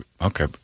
okay